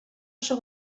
oso